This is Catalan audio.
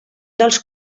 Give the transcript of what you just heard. dels